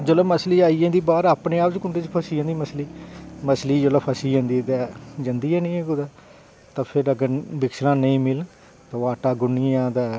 जोल्लै मछली आई जंदी बाहर ते आपें अपने आप च कुंडै च फसी जंदी मछली मछली जोल्लै फसी जंदी ते जंदी गै निं ऐ कुदै ते फिर अग्गें बिकसलां नेईं मिलन ते ओह् आटा गुन्नियै ते